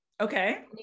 Okay